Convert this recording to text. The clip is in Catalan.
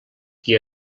qui